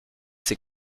ses